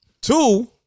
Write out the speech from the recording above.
Two